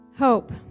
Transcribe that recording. Hope